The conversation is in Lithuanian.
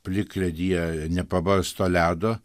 plikledyje nepabarsto ledo